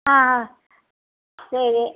ஆ ஆ சரி